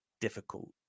difficult